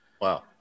Wow